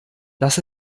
das